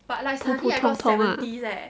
普普通通 ah